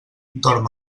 dorm